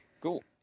Cool